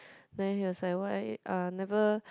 then he was like why uh never